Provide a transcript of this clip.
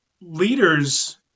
leaders